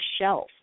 shelf